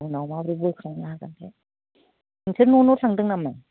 उनाव माबोरै बोखांनो हागोनथाय नोंसोर न' न' थांदों नामा